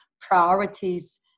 priorities